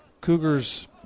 Cougars